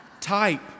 type